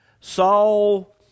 Saul